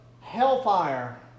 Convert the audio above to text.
hellfire